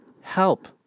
help